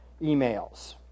emails